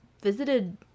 visited